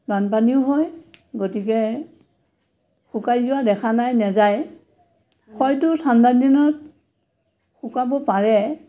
বানপানীও হয় গতিকে শুকাই যোৱা দেখা নাই নাযায় হয়টো ঠাণ্ডা দিনত শুকাব পাৰে